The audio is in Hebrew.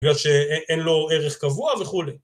בגלל שאין לו ערך קבוע וכולי.